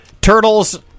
Turtles